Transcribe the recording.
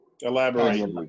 Elaborate